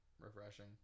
refreshing